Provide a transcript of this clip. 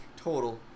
total